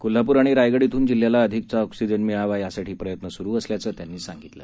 कोल्हापूर आणि रायगड इथून जिल्ह्याला अधिकच्या ऑक्सिज मिळावा यासाठी प्रयत्न सुरु असल्याचं त्यांनी सांगितलं